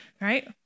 Right